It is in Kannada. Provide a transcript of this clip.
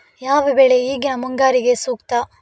ಯಾವ ಬೆಳೆ ಈಗಿನ ಮುಂಗಾರಿಗೆ ಸೂಕ್ತ?